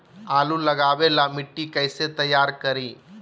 आलु लगावे ला मिट्टी कैसे तैयार करी?